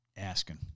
Asking